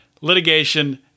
litigation